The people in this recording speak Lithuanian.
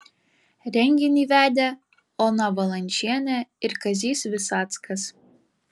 renginį vedė ona valančienė ir kazys visackas